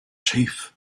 chief